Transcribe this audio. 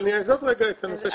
לכן אמרתי.